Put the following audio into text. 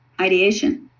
ideation